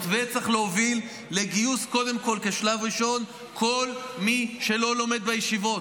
המתווה צריך להוביל לגיוס כל מי שלא לומד בישיבות,